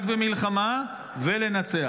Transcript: רק במלחמה, ולנצח.